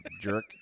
jerk